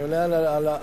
אני עונה על ההעלאה,